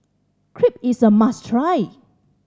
crepe is a must try